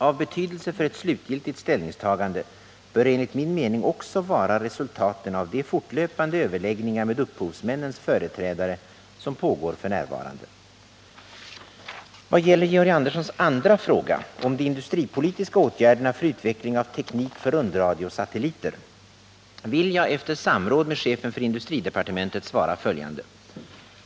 Av betydelse för ett slutgiltigt ställningstagande bör enligt min mening också vära resultaten av de fortlöpande överläggningar med upphovsmännens företrädare som f.n. pågår. 2. Vad gäller Georg Anderssons andra fråga — om de industripolitiska åtgärderna för utveckling av teknik för rundradiosatelliter — vill jag efter samråd med chefen för industridepartementet svara följande.